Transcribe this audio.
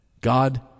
God